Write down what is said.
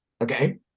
okay